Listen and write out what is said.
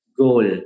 goal